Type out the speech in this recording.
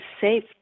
safe